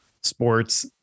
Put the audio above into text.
sports